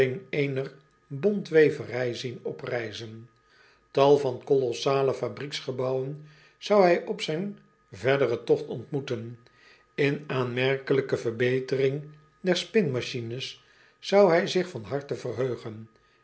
bontweverij zien oprijzen al van colossale fabriekgebouwen zou hij op zijn verderen togt ontmoeten n aanmerkelijke verbetering der spinmachines zou hij zich van harte verheugen